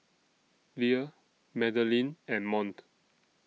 Lea Madelyn and Mont